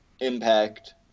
Impact